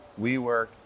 WeWork